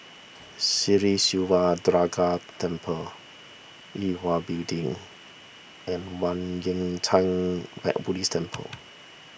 Sri Siva Durga Temple Yue Hwa Building and Kwan Yam theng bad Buddhist Temple